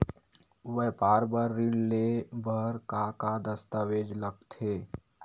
व्यापार बर ऋण ले बर का का दस्तावेज लगथे?